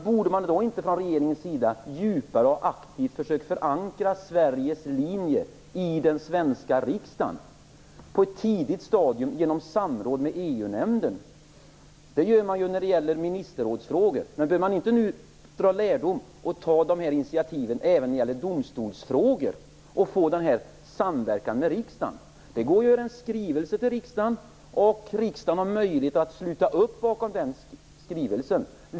Borde man då inte från regeringens sida djupare och mer aktivt ha försökt förankra Sveriges linje i den svenska riksdagen på ett tidigt stadium genom samråd med EU-nämnden? Det gör man ju när det gäller ministerrådsfrågor. Måste man inte dra lärdom av det och ta initiativ till samverkan med riksdagen även när det gäller domstolsfrågor? Det går att författa en skrivelse till riksdagen. Riksdagen har då möjlighet att sluta upp bakom den skrivelsen.